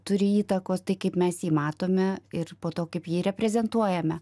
turi įtakos tai kaip mes jį matome ir po to kaip jį reprezentuojame